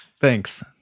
Thanks